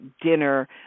dinner